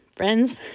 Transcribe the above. Friends